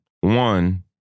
One